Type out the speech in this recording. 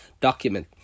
document